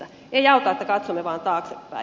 ei auta että katsomme vaan taaksepäin